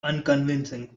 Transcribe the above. unconvincing